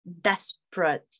desperate